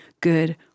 good